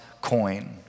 coin